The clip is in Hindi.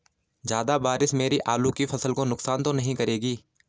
ज़्यादा बारिश मेरी आलू की फसल को नुकसान तो नहीं करेगी?